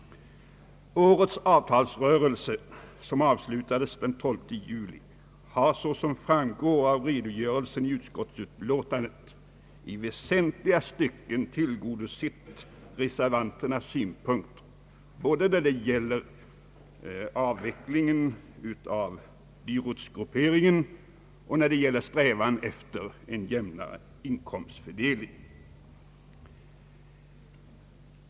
Årets avtalsrörelse, som avslutades den 12 juli, har, som framgår av redogörelsen i utskottsutlåtandet, i väsentliga stycken tillgodosett reservanternas synpunkter, både när det gäller avvecklingen av dyrortsgrupperingen och när det gäller strävan efter en jämnare inkomstifördelning.